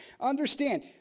Understand